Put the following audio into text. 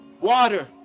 water